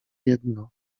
jedno